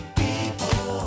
people